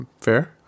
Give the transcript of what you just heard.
fair